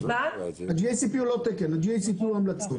מבחינתנו --- ה-GACP הוא לא תקן, הוא המלצה.